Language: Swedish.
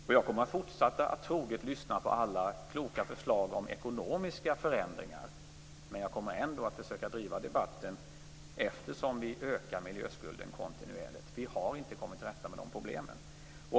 Jag kommer också att fortsätta att troget lyssna på alla kloka förslag om ekonomiska förändringar. Men jag kommer ändå att försöka driva debatten eftersom vi ökar miljöskulden kontinuerligt. Vi har inte kommit till rätta med problemen.